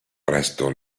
presto